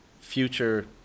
future